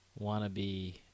wannabe